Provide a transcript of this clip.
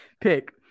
pick